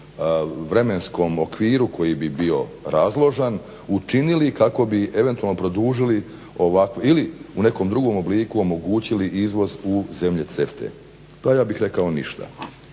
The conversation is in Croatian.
vremenskom okviru koji bi bio razložan učinili kako bi eventualno produžili ili u nekom drugom obliku omogućili izvoz u zemlje CETA-e? Pa ja bih rekao ništa.